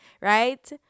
right